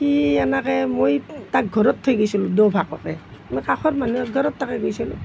সি এনেকৈ মই তাক ঘৰত থৈ গৈছিলোঁ কাষৰ মানুহ এঘৰত তাক এৰি গৈছিলোঁ